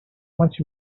much